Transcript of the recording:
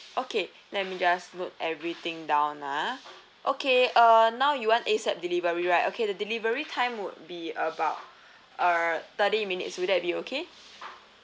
okay let me just note everything down ah okay uh now you want ASAP delivery right okay the delivery time would be about err thirty minutes will that be okay